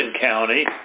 County